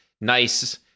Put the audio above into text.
nice